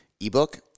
ebook